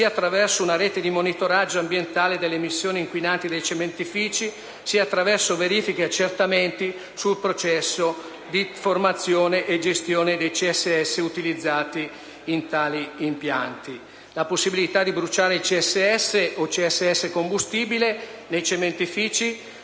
sia attraverso una rete di monitoraggio ambientale delle emissioni inquinanti dei cementifici sia attraverso verifiche e accertamenti sul processo di formazione e gestione dei CSS utilizzati in tali impianti. La possibilità di bruciare CSS o CSS Combustibile nei cementifici